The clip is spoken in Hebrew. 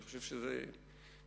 אני חושב שזה מגוחך.